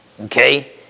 Okay